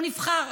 הוא נבחר,